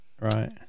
right